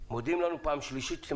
מודיעים לנו בפעם השלישית שאתם